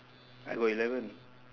I got eleven